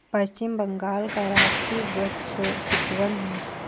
पश्चिम बंगाल का राजकीय वृक्ष चितवन है